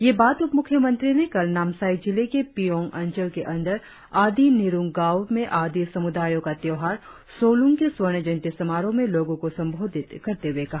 ये बात उप मुख्यमंत्री ने कल नामसाई जिले के पियोंग अंचल के अंदर आदी निंरु गांव में आदी समुदायों का त्योहार सोलूंग के स्वर्ण जयंति समारोह में लोगों को संबोधित करते हुए कहा